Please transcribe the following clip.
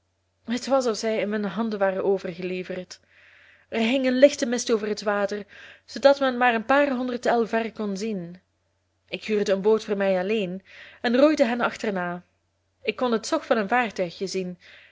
het was of zij in mijn handen waren overgeleverd er hing een lichte mist over het water zoodat men maar een paar honderd el ver kon zien ik huurde een boot voor mij alleen en roeide hen achterna ik kon het zog van hun vaartuigje zien